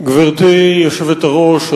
גברתי היושבת-ראש,